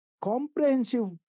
comprehensive